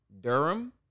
durham